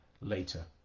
later